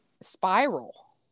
spiral